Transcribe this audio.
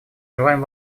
желаем